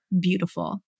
beautiful